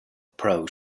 pro